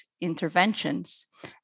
interventions